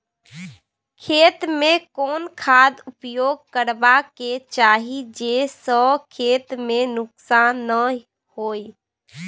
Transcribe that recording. खेत में कोन खाद उपयोग करबा के चाही जे स खेत में नुकसान नैय होय?